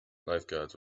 lifeguards